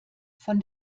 von